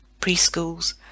preschools